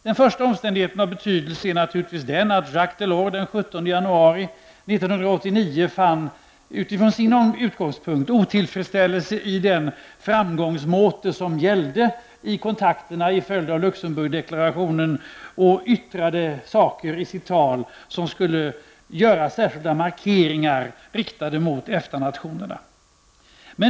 Den första omständigheten av betydelse är naturligtvis den, att Jacques Delors den 17 januari 1989 utifrån sin utgångspunkt fann otillfredsställelse i den framgångsmote som gällde i kontakterna till följd av Luxemburgdeklarationen och i sitt tal yttrade ord som skulle utgöra särskilda markeringar riktade mot EFTA-nationerna.